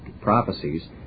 prophecies